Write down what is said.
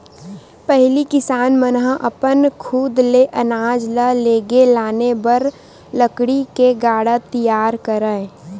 पहिली किसान मन ह अपन खुद ले अनाज ल लेगे लाने बर लकड़ी ले गाड़ा तियार करय